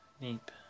deep